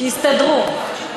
שיסתדרו.